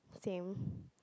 same